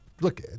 look